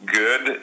good